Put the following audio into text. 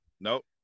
nope